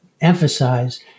emphasize